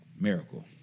Miracle